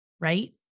Right